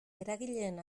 eragileen